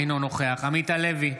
אינו נוכח עמית הלוי,